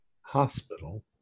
Hospital